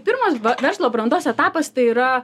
pirmas verslo brandos etapas tai yra